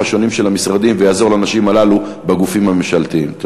השונים של המשרדים ויעזור לנשים הללו בגופים הממשלתיים.